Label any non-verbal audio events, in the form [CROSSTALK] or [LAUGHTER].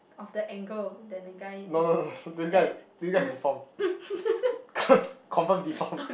of the angle than the guy is eh at [COUGHS] [LAUGHS]